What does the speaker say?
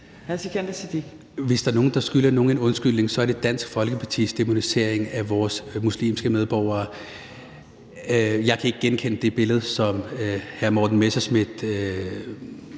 Sikandar Siddique (UFG): Hvis der er nogen, der skylder nogen en undskyldning, så er det Dansk Folkeparti for dæmoniseringen af vores muslimske medborgere. Jeg kan ikke genkende det billede, som hr. Morten Messerschmidt